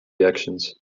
reactions